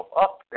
up